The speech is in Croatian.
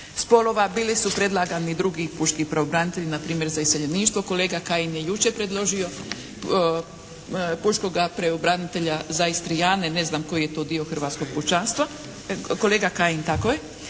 spolova. Bili su predlagani i drugi pučki pravobranitelji npr. za iseljeništvo. Kolega Kajin je jučer predložio pučkoga pravobranitelja za Istrijane. Ne znam koji je to dio hrvatskog pučanstva. Kolega Kajin, tako je.